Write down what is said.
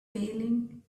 failing